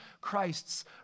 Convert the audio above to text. Christ's